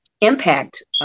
impact